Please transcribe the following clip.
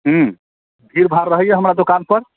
हूँ भीड़भाड़ रहैया हमरा दोकान पर